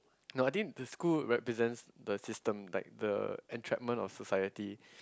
no I think the school represents the system like the entrapment of society